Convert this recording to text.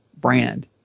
brand